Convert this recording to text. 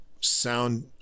sound